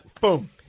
Boom